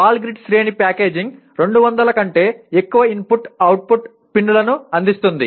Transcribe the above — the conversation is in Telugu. బాల్ గ్రిడ్ శ్రేణి ప్యాకేజింగ్ 200 కంటే ఎక్కువ ఇన్పుట్ అవుట్పుట్ పిన్నులను అందిస్తుంది